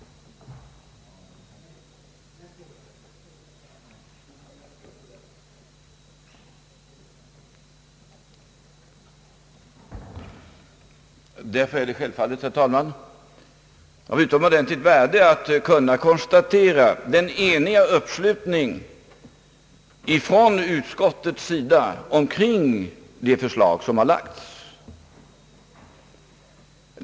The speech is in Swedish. Därför är det självfallet, herr talman, av utomordentligt värde att kunna konstatera utskottets eniga uppslutning kring de förslag som har lagts.